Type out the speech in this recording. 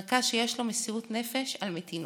מרכז שיש לו מסירות נפש על מתינות,